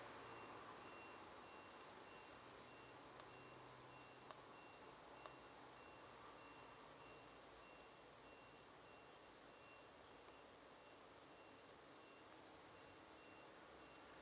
mm